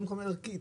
מבחינה ערכית